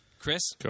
Chris